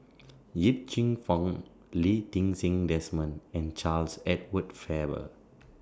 Yip Cheong Fun Lee Ti Seng Desmond and Charles Edward Faber